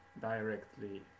directly